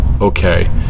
okay